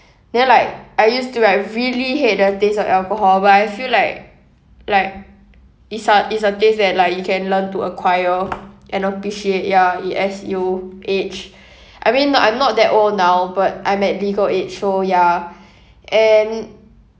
then like I used to be like really hate the taste of alcohol but I feel like like is a is a taste that like you can learn to acquire and appreciate ya it as you age I mean no I'm not that old now but I'm at legal age so ya and